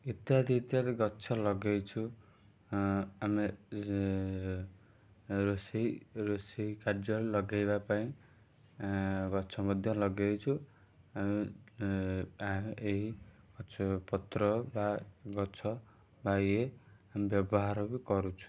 ଇତ୍ୟାଦି ଇତ୍ୟାଦି ଗଛ ଲଗାଇଛୁ ଆମେ ରୋଷେଇ ରୋଷେଇ କାର୍ଯ୍ୟରେ ଲଗାଇବା ପାଇଁ ଗଛ ମଧ୍ୟ ଲଗାଇଛୁ ଏହି ଗଛ ପତ୍ର ବା ଗଛ ବା ଇଏ ବ୍ୟବହାର ବି କରୁଛୁ